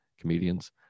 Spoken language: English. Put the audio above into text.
comedians